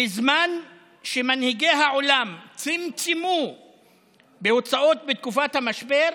"בזמן שמנהיגי העולם צמצמו בהוצאות בתקופת המשבר,